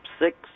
six